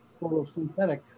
photosynthetic